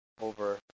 over